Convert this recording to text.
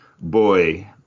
boy